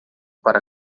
para